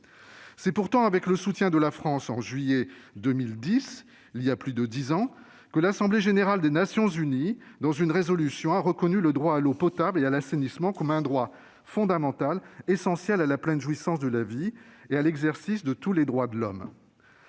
C'est pourtant avec le soutien de la France qu'il y a plus de dix ans, en juillet 2010, l'assemblée générale des Nations unies adoptait une résolution reconnaissant le droit à l'eau potable et à l'assainissement comme un droit fondamental essentiel à la pleine jouissance de la vie et à l'exercice de tous les droits de l'homme.